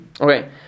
okay